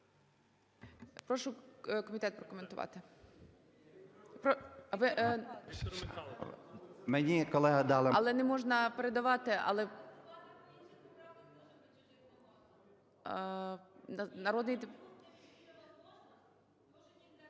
Прошу комітет прокоментувати.